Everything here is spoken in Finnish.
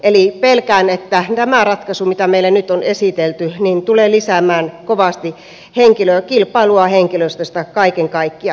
eli pelkään että tämä ratkaisu mitä meille nyt on esitelty tulee lisäämään kovasti kilpailua henkilöstöstä kaiken kaikkiaan